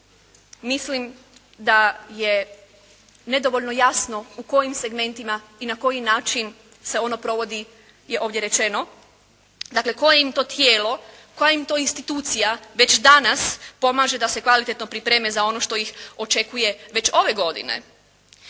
mislim da je nedovoljno jasno u kojim segmentima i na koji način se ono provodi je ovo rečeno. Dakle, koje im to tijelo, koja im to institucija već danas pomaže da se kvalitetno pripreme za ono što ih očekuje već ove godine.